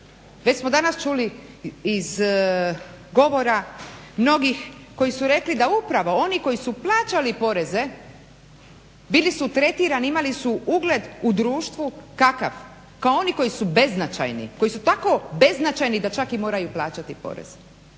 već smo danas čuli iz govora mnogih koji su rekli da upravo oni koji su plaćali poreze bili su tretirani, imali su ugled u društvu kakav? Kao oni koji su beznačajni, koji su tako beznačajni da čak i moraju plaćati porez.